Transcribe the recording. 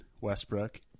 Westbrook